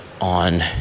on